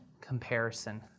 comparison